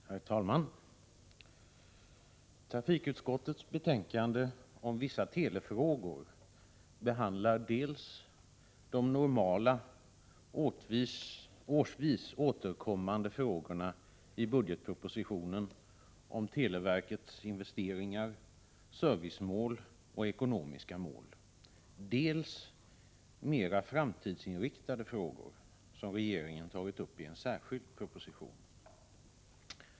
Herr talman! Trafikutskottets betänkande om vissa telefrågor behandlar dels de normala, årsvis återkommande frågorna i budgetpropositionen om televerkets investeringar, servicemål och ekonomiska mål, dels mer framtidsinriktade frågor, som regeringen tagit upp i en särskild proposition.